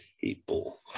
people